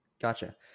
Gotcha